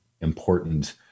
important